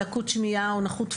לקות שמיעה או נחות פיזית,